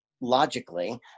logically